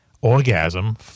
orgasm